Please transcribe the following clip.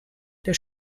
der